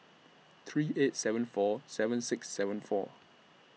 three eight seven four seven six seven four